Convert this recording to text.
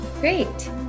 great